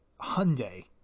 hyundai